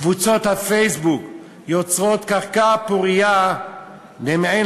קבוצות הפייסבוק יוצרות קרקע פורייה במעין